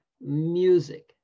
music